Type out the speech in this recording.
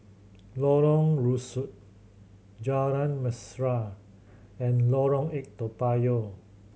Lorong Rusuk Jalan Mesra and Lorong Eight Toa Payoh